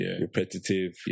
repetitive